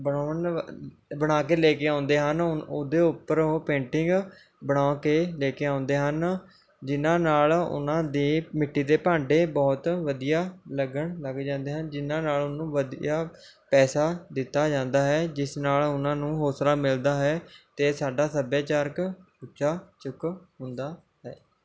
ਬਣਾਉਣ ਬਣਾ ਕੇ ਲੈ ਕੇ ਆਉਂਦੇ ਹਨ ਉਹ ਉਹਦੇ ਉੱਪਰ ਉਹ ਪੇਟਿੰਗ ਬਣਾ ਕੇ ਲੇੈ ਕੇ ਆਉਂਦੇ ਹਨ ਜਿਨ੍ਹਾਂ ਨਾਲ ਉਨ੍ਹਾਂ ਦੇ ਮਿੱਟੀ ਦੇ ਭਾਂਡੇ ਬਹੁਤ ਵਧੀਆ ਲੱਗਣ ਲੱਗ ਜਾਂਦੇ ਹਨ ਜਿਨ੍ਹਾਂ ਨਾਲ ਉਹਨੂੰ ਵਧੀਆ ਪੈਸਾ ਦਿੱਤਾ ਜਾਂਦਾ ਹੈ ਜਿਸ ਨਾਲ ਉਨ੍ਹਾਂ ਨੂੰ ਹੌਂਸਲਾ ਮਿਲਦਾ ਹੈ ਅਤੇ ਸਾਡਾ ਸੱਭਿਆਚਾਰਕ ਉੱਚਾ ਚੁੱਕ ਹੁੰਦਾ ਹੈ